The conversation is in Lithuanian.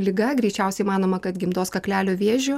liga greičiausiai manoma kad gimdos kaklelio vėžiu